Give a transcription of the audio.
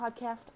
podcast